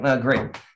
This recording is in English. Great